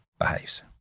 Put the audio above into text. behaves